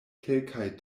kelkaj